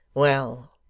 well!